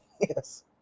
Yes